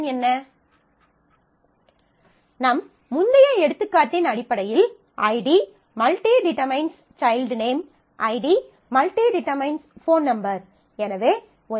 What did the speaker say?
slide நேரம் 1140 ஐப் பார்க்கவும் நம் முந்தைய எடுத்துக்காட்டின் அடிப்படையில் ID →→ child name ID →→ phone number ID →→ child name ID →→ phone number